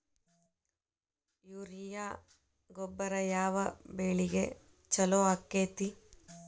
Urea ಗೊಬ್ಬರ ಯಾವ ಬೆಳಿಗೆ ಛಲೋ ಆಕ್ಕೆತಿ?